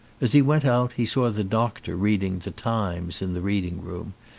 as he went out he saw the doctor reading the times in the reading-room,